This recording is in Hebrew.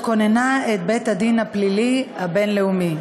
כוננה את בית-הדין הפלילי הבין-לאומי.